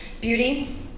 beauty